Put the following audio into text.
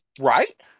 right